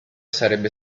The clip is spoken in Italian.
sarebbe